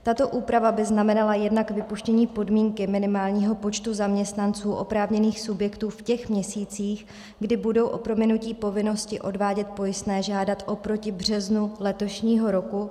Tato úprava by znamenala jednak vypuštění podmínky minimálního počtu zaměstnanců oprávněných subjektů v těch měsících, kdy budou o prominutí povinnosti odvádět pojistné žádat oproti březnu letošního roku.